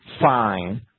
fine